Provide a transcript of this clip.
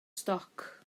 stoc